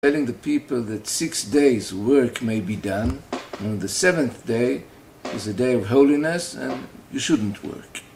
אומרים לאנשים ששישה ימים של עבודה יכולו. והיום השביעי זה יום של קדושה ואתם לא צריכים לעבוד